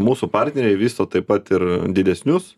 mūsų partneriai vysto taip pat ir didesnius